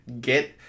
get